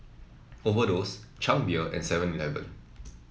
Overdose Chang Beer and Seven Eleven